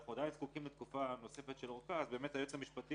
ואנחנו עדיין זקוקים לתקופה נוספת של אורכה אז באמת היועץ המשפטי